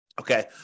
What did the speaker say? Okay